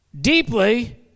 deeply